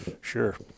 Sure